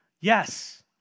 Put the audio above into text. Yes